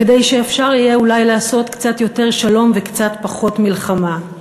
כדי שאפשר יהיה אולי לעשות קצת יותר שלום וקצת פחות מלחמה.